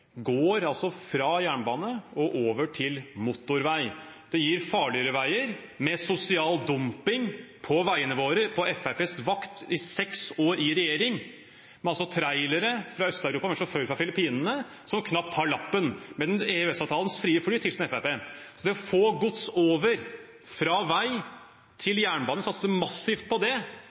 går fra jernbane og over til motorvei. Det gir farligere veier og mer sosial dumping på veiene våre – på Fremskrittspartiets vakt i seks år i regjering, med trailere fra Øst-Europa, med sjåfører fra Filippinene som knapt har lappen, og med EØS-avtalens frie flyt hilsen Fremskrittspartiet. Å få gods over fra vei til jernbane, å satse massivt på det,